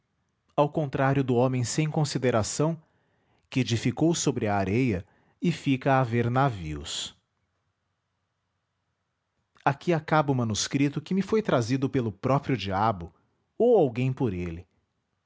ao contrário do homem sem consideração que edificou sobre a areia e fica a ver navios aqui acaba o manuscrito que me foi trazido pelo próprio diabo ou alguém por ele